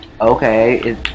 Okay